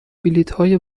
بلیطهای